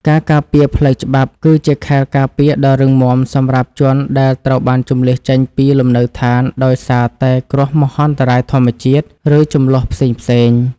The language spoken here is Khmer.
ការការពារផ្លូវច្បាប់ គឺជាខែលការពារដ៏រឹងមាំសម្រាប់ជនដែលត្រូវបានជម្លៀសចេញពីលំនៅឋានដោយសារតែគ្រោះមហន្តរាយធម្មជាតិ ឬជម្លោះផ្សេងៗ។